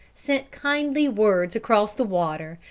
sent kindly words across the water,